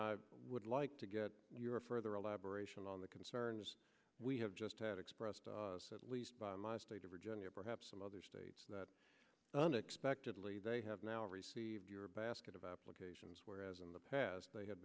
i would like to get your further elaboration on the concern we have just had expressed at least by my state of virginia perhaps some other states that unexpectedly they have now received your basket of applications whereas in the past they ha